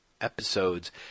episodes